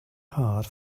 hard